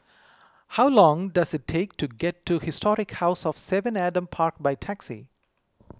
how long does it take to get to Historic House of Seven Adam Park by taxi